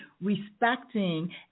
respecting